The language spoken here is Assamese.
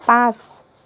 পাঁচ